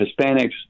Hispanics